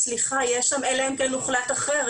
נאמר שם "אלא אם כן הוחלט אחרת".